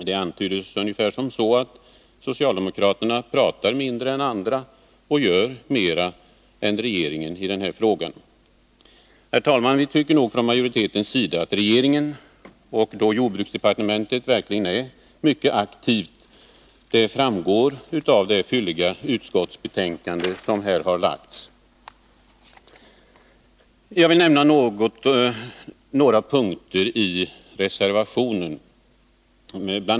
Det uttrycktes ungefär så att socialdemokraterna pratar mindre än andra och gör mer än regeringen i den här frågan. Herr talman! Vi tycker nog från majoritetens sida att regeringen och då jordbruksdepartementet är mycket aktiva. Det framgår av det fylliga utskottsbetänkande som föreligger. Jag vill nämna några punkter i reservationen. Bl.